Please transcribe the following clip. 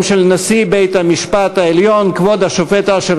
דברים של נשיא בית-המשפט העליון כבוד השופט אשר